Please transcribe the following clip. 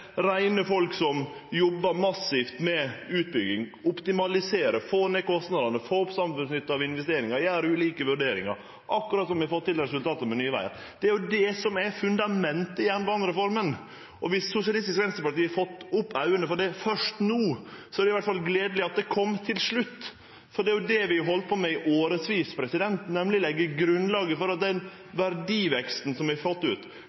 folk som jobbar massivt med utbygging, med å optimalisere og å få ned kostnadane, med å få opp samfunnsnytta av investeringane og gjere ulike vurderingar – akkurat slik som vi har fått resultat med Nye vegar. Det er det som er fundamentet i jernbanereforma, og viss SV har fått opp auga for det først no, er det i alle fall gledeleg at det skjedde til slutt. Det er det vi har halde på med i årevis, nemleg å leggje grunnlaget for at den verdiveksten, den kostnadsreduksjonen og den auka samfunnsnytta vi har fått ut